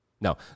No